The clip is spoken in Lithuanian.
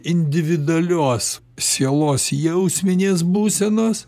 individualios sielos jausminės būsenos